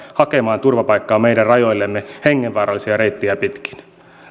hakemaan turvapaikkaa meidän rajoillemme hengenvaarallisia reittejä pitkin